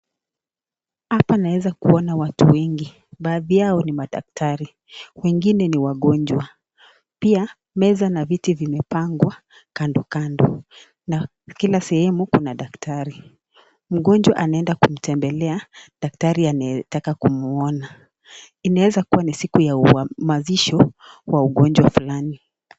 Hapa naeza kuona watu wengi, baadhi yao ni madaktari, wengine ni wagonjwa. Pia, meza na viti vimepangwa kando kando na kila sehemu kuna daktari. Mgonjwa anaenda kumtembelea daktari anayetaka kumwona. Inaeza kuwa ni siku ya uhamasisho wa ugonjwa fulani.